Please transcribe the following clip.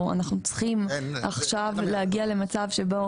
או שאנחנו צריכים עכשיו להגיע למצב שבו